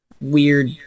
weird